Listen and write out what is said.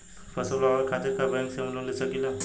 फसल उगावे खतिर का बैंक से हम लोन ले सकीला?